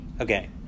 Okay